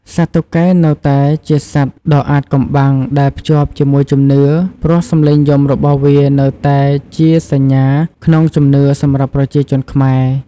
សត្វតុកែនៅតែជាសត្វដ៏អាថ៌កំបាំងដែលភ្ជាប់ជាមួយជំនឿ ព្រោះសំឡេងយំរបស់វានៅតែជាសញ្ញាក្នុងជំនឿសម្រាប់ប្រជាជនខ្មែរ។